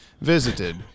visited